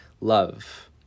love